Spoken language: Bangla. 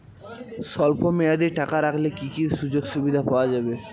স্বল্পমেয়াদী টাকা রাখলে কি কি সুযোগ সুবিধা পাওয়া যাবে?